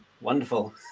wonderful